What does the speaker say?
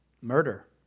murder